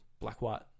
black-white